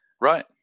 Right